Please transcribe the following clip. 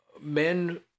men